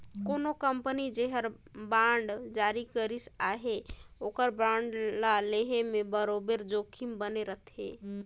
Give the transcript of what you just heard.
कोनो कंपनी जेहर बांड जारी करिस अहे ओकर बांड ल लेहे में बरोबेर जोखिम बने रहथे